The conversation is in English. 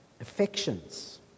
affections